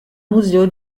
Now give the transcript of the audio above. museo